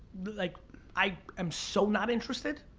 like i am so not interested.